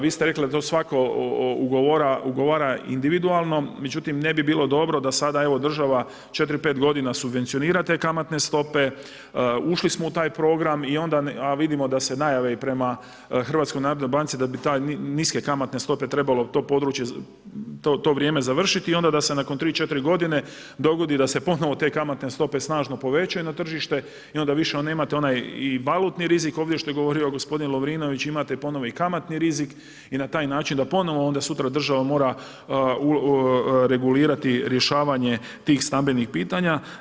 Vi ste rekli da to svatko ugovara individualno, međutim ne bi bilo dobro da evo sada država 4, 5 godina subvencionira te kamatne stope, ušli smo u taj program i vidimo da se najave prema HNB-u, da bi niske kamatne stope trebalo to vrijeme završit i onda da se nakon 3, 4 godine dogodi da se ponovo te kamatne stope snažno povećaju na tržište i onda više nemate onaj i valutni rizik ovdje što je govorio gospodin Lovrinović, imate ponovo i kamatni rizik i na taj način da ponovo onda sutra država mora regulirati rješavanje tih stambenih pitanja.